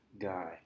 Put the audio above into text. Guy